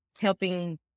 helping